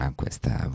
questa